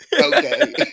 Okay